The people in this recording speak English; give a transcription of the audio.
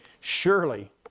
Surely